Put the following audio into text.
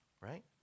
Right